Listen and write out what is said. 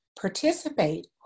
participate